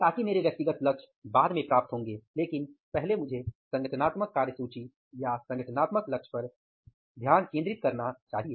ताकि मेरे व्यक्तिगत लक्ष्य बाद में प्राप्त होंगे लेकिन पहले मुझे संगठनात्मक कार्यसूची या संगठनात्मक लक्ष्य पर ध्यान केंद्रित करना चाहिए